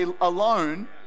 alone